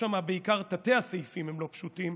בעיקר תתי-הסעיפים הם לא פשוטים,